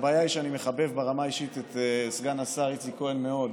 הבעיה היא שאני מחבב ברמה האישית את סגן השר איציק כהן מאוד,